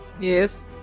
Yes